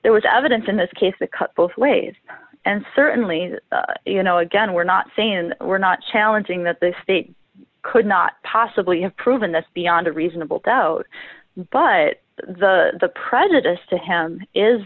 there was evidence in this case the cut both ways and certainly you know again we're not saying we're not challenging that the state could not possibly have proven this beyond a reasonable doubt but the the prejudice to him is